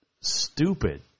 stupid